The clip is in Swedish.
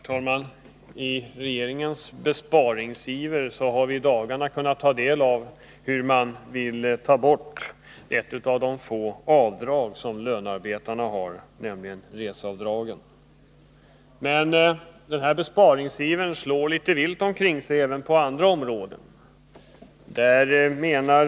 Herr talman! Vi har i dagarna kunnat ta del av hur regeringen i sin besparingsiver vill ta bort ett av de få avdrag som lönarbetarna har, nämligen reseavdraget. Men denna besparingsiver slår även på andra områden.